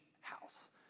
house